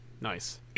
nice